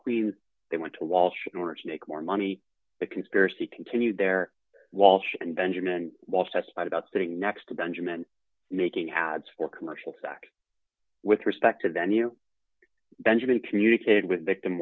queens they went to walsh in order to make more money the conspiracy continued there walsh and benjamin waltz testified about sitting next to benjamin making ads for commercial sac with respect to the new benjamin communicated with victim